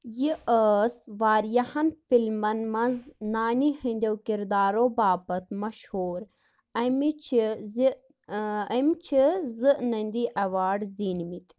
یہِ ٲس واریاہَن فِلمَن منٛز نانہِ ہِنٛدیو کردارو باپتھ مشہوٗر اَمہِ چہِ زِ أمۍ چھِ زٕ نٔنٛدی اٮ۪واڈ زیٖنمٕتۍ